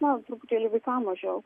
na truputėlį vaikam mažiau